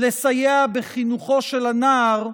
לסייע בחינוכו של הנער,